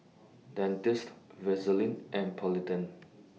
Dentiste Vaselin and Polident